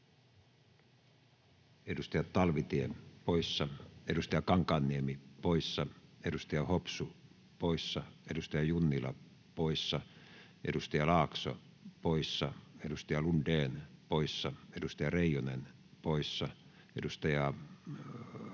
Edustaja Talvitie poissa, edustaja Kankaanniemi poissa, edustaja Hopsu poissa, edustaja Junnila poissa, edustaja Laakso poissa, edustaja Lundén poissa, edustaja Reijonen poissa, edustaja